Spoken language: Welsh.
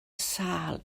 sâl